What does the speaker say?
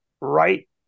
right